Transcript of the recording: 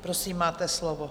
Prosím, máte slovo.